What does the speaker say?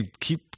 keep